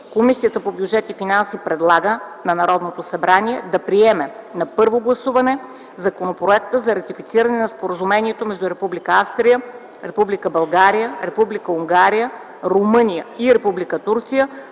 Комисията по бюджет и финанси предлага на Народното събрание да приеме на първо гласуване Законопроекта за ратифициране на Споразумението между Република Австрия, Република България, Република Унгария, Румъния и Република